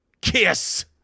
Kiss